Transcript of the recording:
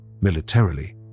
Militarily